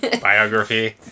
biography